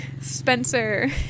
spencer